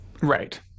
right